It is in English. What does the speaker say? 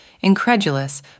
incredulous